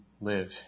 live